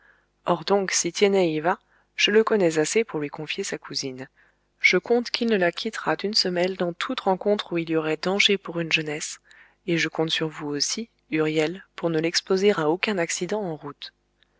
or donc si tiennet y va je le connais assez pour lui confier sa cousine je compte qu'il ne la quittera d'une semelle dans toute rencontre où il y aurait danger pour une jeunesse et je compte sur vous aussi huriel pour ne l'exposer à aucun accident en route